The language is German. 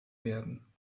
werden